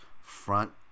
front